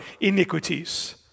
iniquities